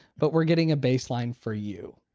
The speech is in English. but we're getting a baseline for you.